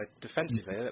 Defensively